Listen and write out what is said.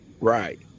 right